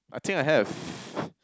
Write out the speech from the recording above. I think I have